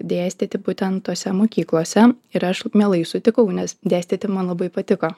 dėstyti būtent tose mokyklose ir aš mielai sutikau nes dėstyti man labai patiko